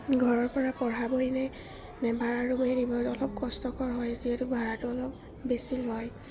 ঘৰৰ পৰা পঢ়াবইনে নে ভাড়া ৰোমেই দিব অলপ কষ্টকৰ হয় যিহেতু ভাড়াটো অলপ বেছি হয়